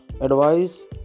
advice